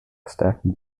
staffing